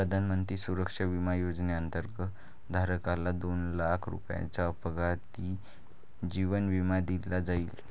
प्रधानमंत्री सुरक्षा विमा योजनेअंतर्गत, धारकाला दोन लाख रुपयांचा अपघाती जीवन विमा दिला जाईल